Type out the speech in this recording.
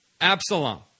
Absalom